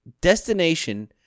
destination